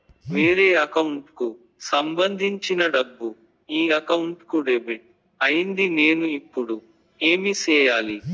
వేరే అకౌంట్ కు సంబంధించిన డబ్బు ఈ అకౌంట్ కు డెబిట్ అయింది నేను ఇప్పుడు ఏమి సేయాలి